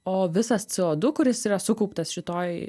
o visas c o du kuris yra sukauptas šitoj